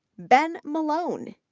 ben malone,